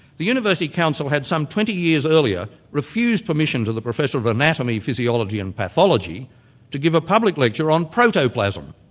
the university council had some twenty years earlier refused permission to the professor of anatomy, physiology and pathology to give a public lecture on protoplasm,